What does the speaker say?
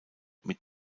mit